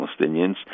Palestinians